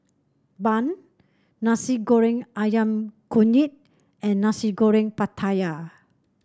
Bun Nasi Goreng ayam Kunyit and Nasi Goreng Pattaya